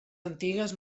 antigues